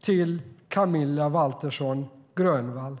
till Camilla Waltersson Grönvall: